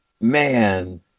Man